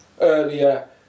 earlier